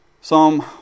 Psalm